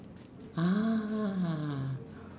ah